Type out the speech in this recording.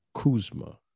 Kuzma